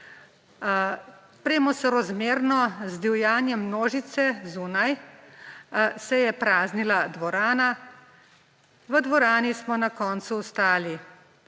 Premo sorazmerno z divjanjem množice zunaj se je praznila dvorana. V dvorani smo na koncu ostali